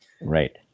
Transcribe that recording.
Right